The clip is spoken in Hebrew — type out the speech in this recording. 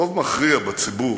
רוב מכריע בציבור,